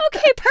Okay